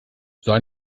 sei